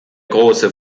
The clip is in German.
große